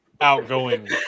outgoing